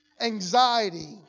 anxiety